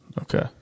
Okay